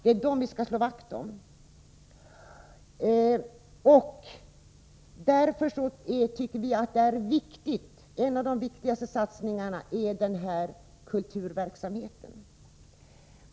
En av de viktigaste satsningar som vi kan göra är just satsningen på kulturverksamheten.